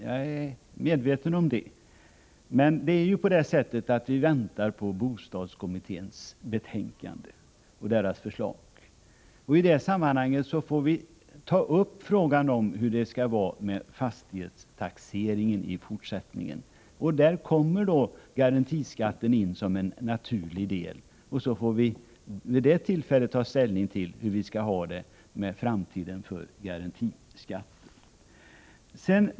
Jag är medveten om det. Men vi väntar på bostadskommitténs betänkande och dess förslag, och när det föreligger får vi ta upp frågan om fastighetstaxeringen i fortsättningen. Där kommer garantiskatten in som en naturlig del, och vi får vid det tillfället ta ställning till hur vi skall ha det med garantiskatten i framtiden.